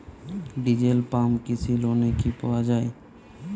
Diesel pump কৃষি লোনে কি পাওয়া য়ায়?